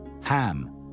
Ham